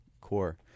core